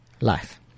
life